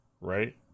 right